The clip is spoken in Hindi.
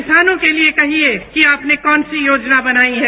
किसानों के लिए कहिए कि आपने कौन सी योजना बनाई है